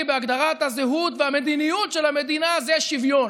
בהגדרת הזהות והמדיניות של המדינה זה שוויון.